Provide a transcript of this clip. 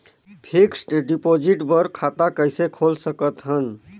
Fixed deposit बर खाता कइसे खोल सकत हन?